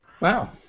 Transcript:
Wow